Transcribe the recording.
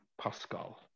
Pascal